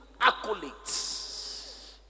accolades